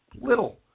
little